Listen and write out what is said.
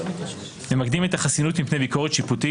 ממקדים את החסינות מפני ביקורת שיפוטית